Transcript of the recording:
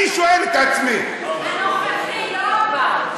אני שואל את עצמי, הנוכחי, לא הבא.